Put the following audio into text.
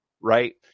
right